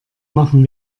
machen